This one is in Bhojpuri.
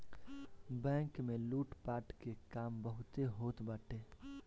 बैंक में लूटपाट के काम बहुते होत बाटे